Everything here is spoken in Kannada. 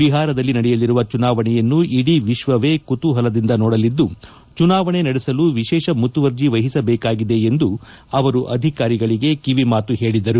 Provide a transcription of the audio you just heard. ಬಿಹಾರದಲ್ಲಿ ನಡೆಯಲಿರುವ ಚುನಾವಣೆಯನ್ನು ಇಡೀ ವಿಶ್ವವೇ ಕುತೂಹಲದಿಂದ ನೋಡಲಿದ್ದು ಚುನಾವಣೆ ನಡೆಸಲು ವಿಶೇಷ ಮುತುವರ್ಜಿ ವಹಿಸಬೇಕಾಗಿದೆ ಎಂದು ಅವರು ಅಧಿಕಾರಿಗಳಿಗೆ ಕಿವಿಮಾತು ಹೇಳಿದರು